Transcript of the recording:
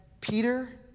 Peter